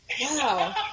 Wow